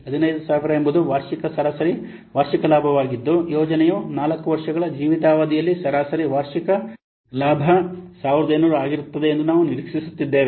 15000 ಎಂಬುದು ವಾರ್ಷಿಕ ಸರಾಸರಿ ವಾರ್ಷಿಕ ಲಾಭವಾಗಿದ್ದು ಯೋಜನೆಯ 4 ವರ್ಷಗಳ ಜೀವಿತಾವಧಿಯಲ್ಲಿ ಸರಾಸರಿ ವಾರ್ಷಿಕ ಲಾಭ 1500 ಆಗಿರುತ್ತದೆ ಎಂದು ನಾವು ನಿರೀಕ್ಷಿಸುತ್ತಿದ್ದೇವೆ